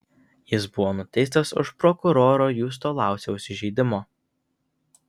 jis buvo nuteistas už prokuroro justo lauciaus įžeidimo